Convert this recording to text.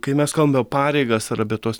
kai mes kalbam apie pareigas ar apie tuos